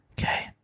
okay